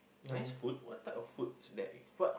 nice food what type of food is that what